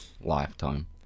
lifetime